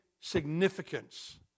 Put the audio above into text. significance